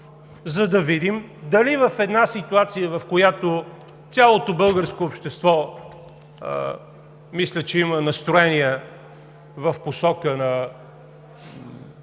за да видим дали в една ситуация, в която цялото българско общество мисля, че има настроения в посока на